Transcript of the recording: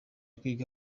kwiga